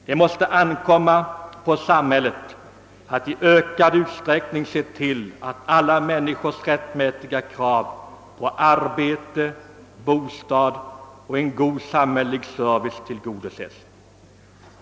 Det måste ankomma på samhället att i ökad utsträckning se till att alla människors rättmätiga krav på arbete, bostad och en god samhällelig service tillgodoses.